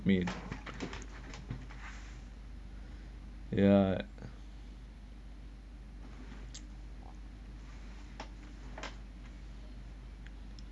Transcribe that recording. mean ya